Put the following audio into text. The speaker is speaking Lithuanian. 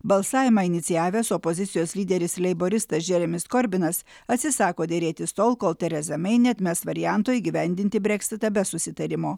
balsavimą inicijavęs opozicijos lyderis leiboristas džeremis korbinas atsisako derėtis tol kol tereza mei neatmes varianto įgyvendinti breksitą be susitarimo